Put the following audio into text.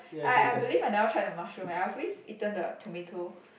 I I believe I never tried the mushroom eh I've always eaten the tomato